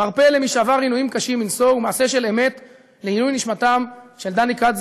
מרפא למי שעבר עינויים קשים מנשוא ומעשה של אמת לעילוי נשמתם של דני כץ,